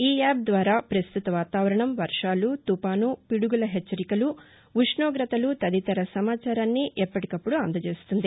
ఈయాప్ ద్వారా ప్రస్తుత వాతావరణం వర్వాలు తుపాను పిడుగుల హెచ్చరికలు ఉష్ణోగతలు తదితర సమాచారాన్ని ఎప్పటికప్పుడు అందజేస్తోంది